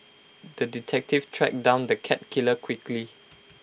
the detective tracked down the cat killer quickly